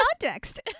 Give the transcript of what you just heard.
context